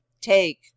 take